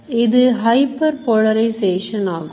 இதுHyperpolization ஆகும்